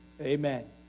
amen